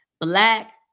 Black